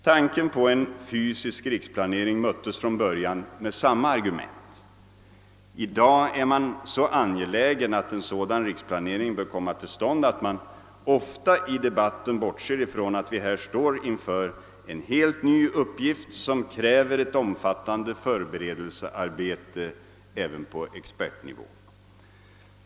Tanken på en fysisk riksplanering möttes från början med samma argu ment. I dag är man så angelägen att få denna till stånd att man ofta i debatten bortser från att vi här står inför en helt ny uppgift som kräver ett omfattande arbete även på expertnivå.